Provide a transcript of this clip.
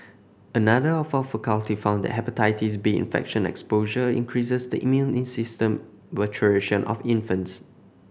another of our faculty found that Hepatitis B infection exposure increases the immune system maturation of infants